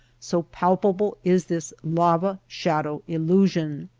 so palpable is this lava shadow-illusion.